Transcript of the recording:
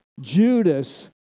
Judas